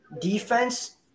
defense